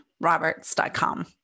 roberts.com